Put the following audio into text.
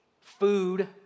food